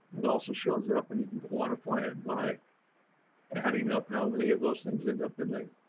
it also shows up and you can quantify it by adding up how many of those things end up in the?